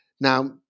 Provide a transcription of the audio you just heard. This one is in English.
now